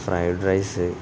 fried rice